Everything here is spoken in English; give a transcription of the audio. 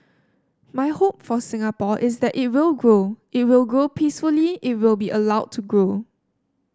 my hope for Singapore is that it will grow it will grow peacefully it will be allowed to grow